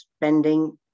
spending